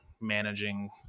managing